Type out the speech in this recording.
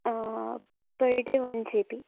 per day one G B